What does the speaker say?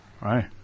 Right